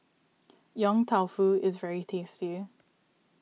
Yong Tau Foo is very tasty